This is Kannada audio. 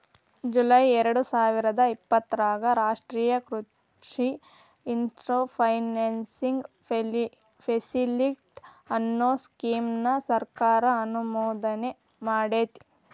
ಜುಲೈ ಎರ್ಡಸಾವಿರದ ಇಪ್ಪತರಾಗ ರಾಷ್ಟ್ರೇಯ ಕೃಷಿ ಇನ್ಫ್ರಾ ಫೈನಾನ್ಸಿಂಗ್ ಫೆಸಿಲಿಟಿ, ಅನ್ನೋ ಸ್ಕೇಮ್ ನ ಸರ್ಕಾರ ಅನುಮೋದನೆಮಾಡೇತಿ